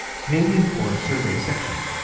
canadian corps survey section,